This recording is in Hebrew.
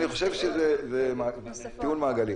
אז תוכלו להגיד.